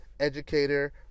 educator